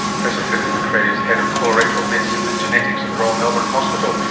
professor finlay macrae is head of colorectal medicine and genetics at the royal melbourne hospital.